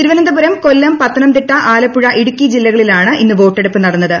തിരുവനന്തപുരം കൊല്ലം പത്തനംതിട്ട ആലപ്പുഴ ഇടുക്കി ജില്ലകളിലാണ് ഇന്ന് വോട്ടെടുപ്പ് നടന്നത്